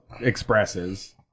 expresses